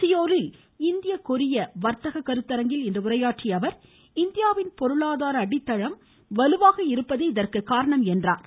சியோலில் இந்திய கொரிய வர்த்தக கருத்தரங்கில் இன்று உரையாற்றிய இந்தியாவின் பொருளாதார அடித்தளம் வலுவாக இருப்பதே இதற்கு அவர் காரணம் என்றார்